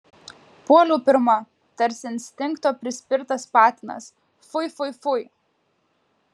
puoliau pirma tarsi instinkto prispirtas patinas fui fui fui